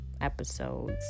episodes